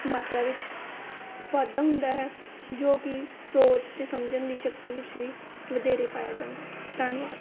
ਮਾਤਰਾ ਵਿੱਚ ਵਾਧਾ ਹੁੰਦਾ ਹੈ ਜੋ ਕਿ ਸੋਚ ਅਤੇ ਸਮਝਣ ਦੀ ਸ਼ਕਤੀ ਵਿੱਚ ਵੀ ਵਧੇਰੇ ਪਾਇਆ ਜਾਂਦਾ ਹੈ ਧੰਨਵਾਦ